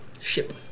ship